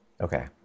Okay